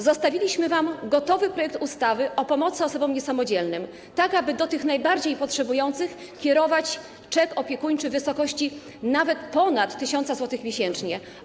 Zostawiliśmy wam gotowy projekt ustawy o pomocy osobom niesamodzielnym, tak aby do tych najbardziej potrzebujących kierować czek opiekuńczy w wysokości nawet ponad 1 tys. zł miesięcznie.